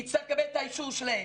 יצטרך לקבל את האישור שלהם.